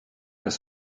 pas